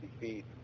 feet